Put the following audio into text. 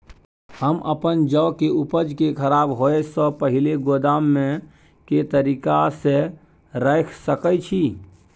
हम अपन जौ के उपज के खराब होय सो पहिले गोदाम में के तरीका से रैख सके छी?